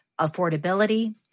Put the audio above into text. affordability